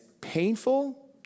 painful